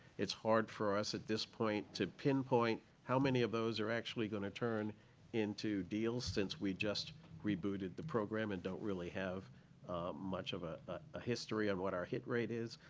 it's hard for us at this point to pinpoint how many of those are actually going to turn into deals, since we just rebooted the program and don't really have much of a ah history on what our hit rate is.